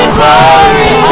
glory